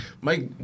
Mike